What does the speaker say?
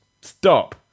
Stop